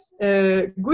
good